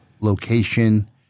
location